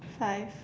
five